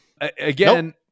Again